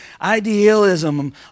idealism